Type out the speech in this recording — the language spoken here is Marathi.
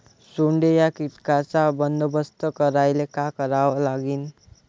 सोंडे या कीटकांचा बंदोबस्त करायले का करावं लागीन?